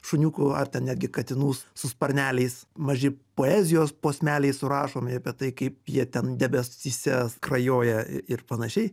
šuniukų ar netgi katinų su sparneliais maži poezijos posmeliai surašomi apie tai kaip jie ten debesyse skrajoja ir panašiai